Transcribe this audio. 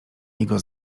jego